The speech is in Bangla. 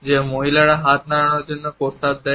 যে মহিলারা হাত নাড়ানোর প্রস্তাব দেয়